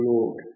Lord